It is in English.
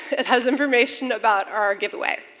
it has information about our giveaway.